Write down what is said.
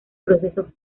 proceso